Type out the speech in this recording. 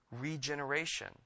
regeneration